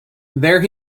there